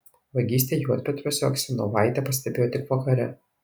vagystę juodpetriuose aksionovaitė pastebėjo tik vakare